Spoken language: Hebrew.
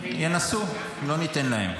--- ינסו, לא ניתן להם.